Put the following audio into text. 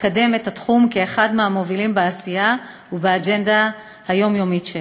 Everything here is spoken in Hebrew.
אקדם את התחום כאחת מהמובילים בעשייה ובאג'נדה היומיומית שלי.